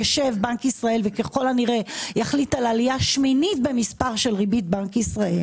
יחליט בנק ישראל ככל הנראה על עלייה שמינית במספר של ריבית בנק ישראל